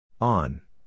On